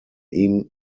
ihm